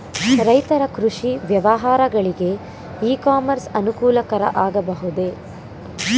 ರೈತರ ಕೃಷಿ ವ್ಯವಹಾರಗಳಿಗೆ ಇ ಕಾಮರ್ಸ್ ಅನುಕೂಲಕರ ಆಗಬಹುದೇ?